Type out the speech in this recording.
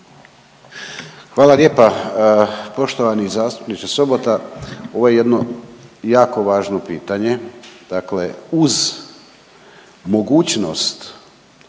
Hvala lijepa. Poštovani zastupniče Sobota ovo je jedno jako važno pitanje. Dakle, uz mogućnost